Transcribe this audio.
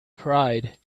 pride